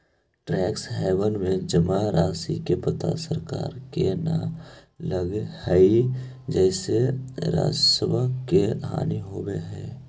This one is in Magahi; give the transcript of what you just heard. टैक्स हैवन में जमा राशि के पता सरकार के न लगऽ हई जेसे राजस्व के हानि होवऽ हई